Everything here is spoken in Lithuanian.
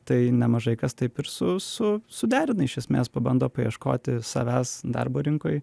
tai nemažai kas taip ir su su suderina iš esmės pabando paieškoti savęs darbo rinkoj